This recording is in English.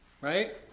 Right